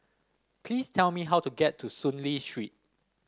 please tell me how to get to Soon Lee Street